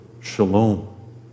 shalom